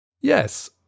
Yes